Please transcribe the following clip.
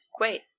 wait